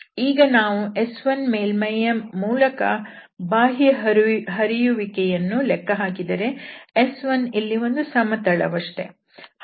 ಈಗ ನಾವು S1 ಮೇಲ್ಮೈ ಯ ಮೂಲಕ ಬಾಹ್ಯ ಹರಿಯುವಿಕೆ ಯನ್ನು ಲೆಕ್ಕ ಹಾಕಿದರೆ S1ಇಲ್ಲಿ ಒಂದು ಸಮತಳ ವಷ್ಟೇ